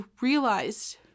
realized